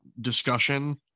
discussion